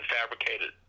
fabricated